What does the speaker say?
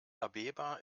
abeba